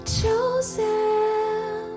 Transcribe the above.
chosen